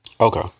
Okay